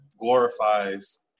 glorifies